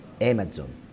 Amazon